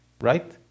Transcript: right